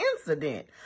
incident